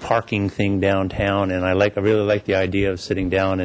parking thing downtown and i like i really like the idea of sitting down